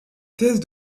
thèse